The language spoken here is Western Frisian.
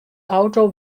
auto